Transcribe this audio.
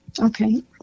Okay